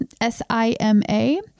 S-I-M-A